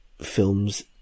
films